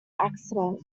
accident